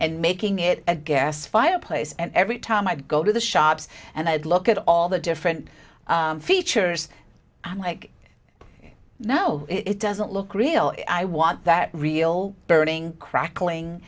and making it a gas fireplace and every time i go to the shops and i'd look at all the different features like no it doesn't look real i want that real burning crackling